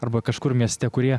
arba kažkur mieste kurie